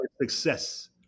success